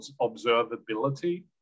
observability